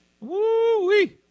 Woo-wee